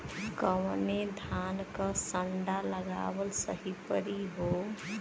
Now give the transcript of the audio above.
कवने धान क संन्डा लगावल सही परी हो?